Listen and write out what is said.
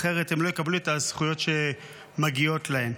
אחרת הם לא יקבלו את הזכויות שמגיעות להם.